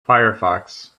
firefox